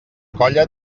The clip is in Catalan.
colla